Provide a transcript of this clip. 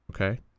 okay